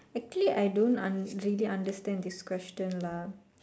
actually I don't un really understand this question lah